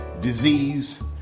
disease